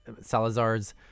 Salazar's